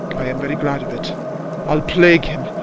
i am very glad of it i'll plague him,